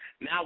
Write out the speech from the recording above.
Now